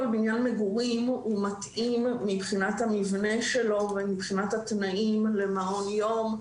בניין מגורים מתאים מבחינת המבנה שלו ומבחינת התנאים למעון יום,